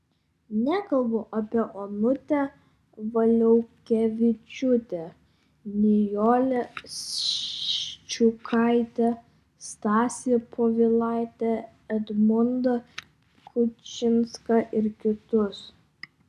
nekalbu apie onutę valiukevičiūtę nijolę ščiukaitę stasį povilaitį edmundą kučinską ir kitus